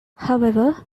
however